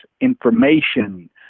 information